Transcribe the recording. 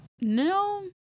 No